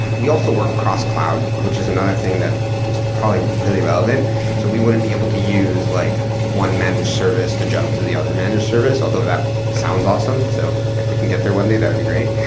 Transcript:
we also work cross-cloud, which is another thing that just probably really about it, so we wouldn't be able to use like one managed service to jump to the other managed service, although that sounds awesome. so if we can get there one day, that would be great.